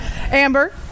Amber